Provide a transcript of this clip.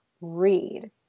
read